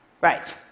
right